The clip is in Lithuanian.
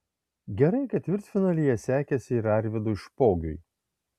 gerai ketvirtfinalyje sekėsi ir arvydui špogiui